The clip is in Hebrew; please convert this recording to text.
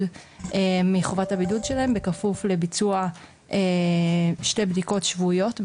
מחובת הבידוד שלהם בכפוף לביצוע שתי בדיקות שבועיות,